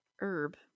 herb